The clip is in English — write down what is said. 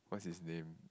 what's his name